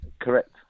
Correct